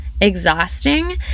exhausting